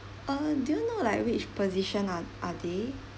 uh do you know like which position are are they